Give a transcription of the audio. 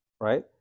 right